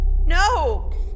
No